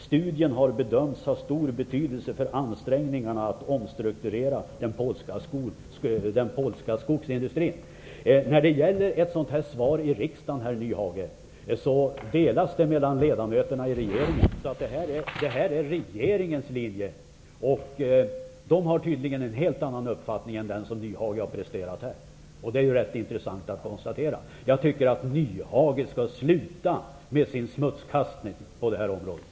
Studien har bedömts ha stor betydelse för ansträngningarna att omstrukturera den polska skogsindustrin.'' Ett sådant här svar i riksdagen, herr Nyhage, delas bland ledamöterna i regeringen, så det här är regeringens linje, och regeringen har tydligen en helt annan uppfattning än den som Nyhage har presenterat här. Det är rätt intressant att konstatera. Jag tycker att Nyhage skall sluta med sin smutskastning på det här området!